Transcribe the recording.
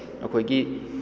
ꯑꯩꯈꯣꯏꯒꯤ